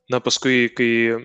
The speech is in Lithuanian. na paskui kai